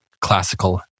classical